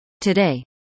Today